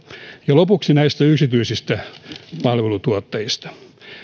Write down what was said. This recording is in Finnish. lopuksi näistä yksityisistä palvelutuottajista